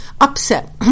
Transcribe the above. upset